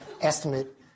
estimate